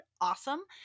awesome